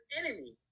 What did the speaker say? enemy